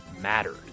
mattered